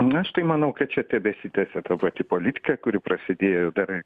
nu aš tai manau kad čia tebesitęsia ta pati politika kuri prasidėjo dar